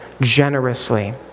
generously